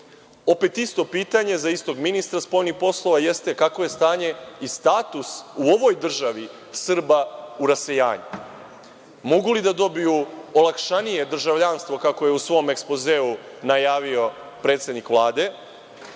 isto pitanje za istog ministra spoljnih poslova jeste – kakvo je stanje i status u ovoj državi Srba u rasejanju? Mogu li da dobiju olakšanije državljanstvo kako je u svom ekspozeu najavio predsednik Vlade?